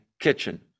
kitchen